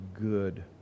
good